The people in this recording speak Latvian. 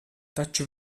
taču